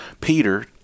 Peter